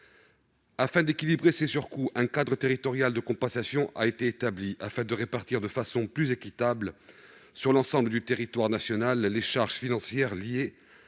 Afin d'équilibrer ces surcoûts, un cadre territorial de compensation a été établi afin de répartir de façon plus équitable sur l'ensemble du territoire national les charges financières liées